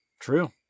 True